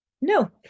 No